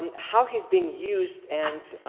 how he's being used and